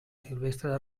silvestre